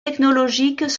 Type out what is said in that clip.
technologiques